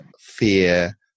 fear